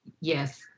Yes